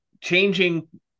changing